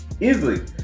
easily